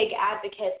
advocates